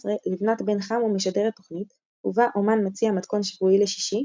900–1200 לבנת בן חמו משדרת תוכנית ובה אמן מציע מתכון שבועי לשישי,